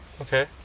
Okay